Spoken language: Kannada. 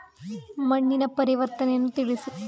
ಮಣ್ಣಿನ ಪರಿವರ್ತನೆಯನ್ನು ತಿಳಿಸಿ?